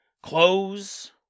clothes